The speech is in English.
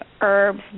herbs